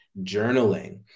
journaling